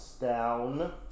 Down